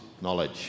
knowledge